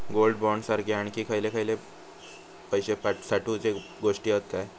Gold bond सारखे आणखी खयले पैशे साठवूचे गोष्टी हत काय?